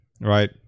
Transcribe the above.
right